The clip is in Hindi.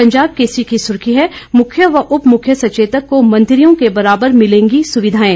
पंजाब केसरी की सुर्खी है मुख्य व उप मुख्य सचेतक को मंत्रियों के बराबर मिलेंगी सुविधाएं